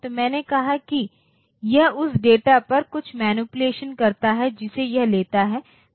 तो मैंने कहा कि यह उस डेटा पर कुछ मैनीपुलेशन करता है जिसे यह लेता है